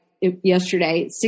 yesterday